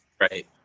Right